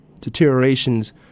deteriorations